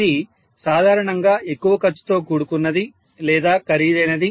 ఇది సాధారణంగా ఎక్కువ ఖర్చుతో కూడుకున్నది లేదా ఖరీదైనది